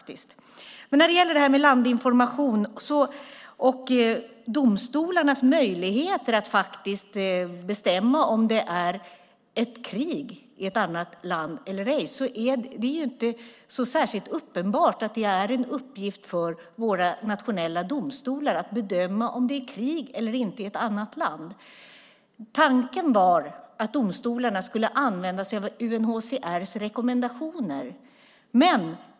När det gäller landinformation och domstolarnas möjligheter att bestämma om det är ett krig i ett annat land eller ej är det inte särskilt uppenbart att det är en uppgift för nationella domstolar att bedöma om det är krig i ett annat land. Tanken var att domstolarna skulle använda sig av UNHCR:s rekommendationer.